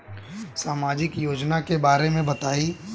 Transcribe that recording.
सामाजिक योजना के बारे में बताईं?